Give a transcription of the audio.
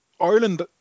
Ireland